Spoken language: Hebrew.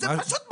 זה פשוט מרגיז!